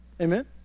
Amen